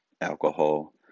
alcohol